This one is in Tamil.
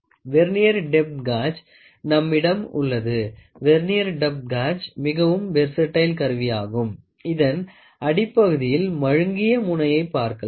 வெர்னியர் டெப்த் காஜ் நம்மிடம் உள்ளது வெர்னியர் டெப்த் காஜ் மிகவும் வெர்சடைல் கருவியாகும் இதன் அடிப்பகுதியில் மழுங்கிய முனையை பார்க்கலாம்